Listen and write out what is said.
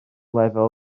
lefel